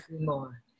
more